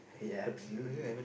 ya absolutely